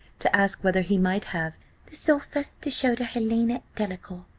to ask whether he might have the sulphurs to show to helena delacour.